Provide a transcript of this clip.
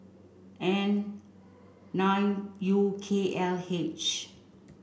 N nine U K L H